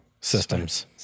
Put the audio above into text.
Systems